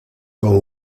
con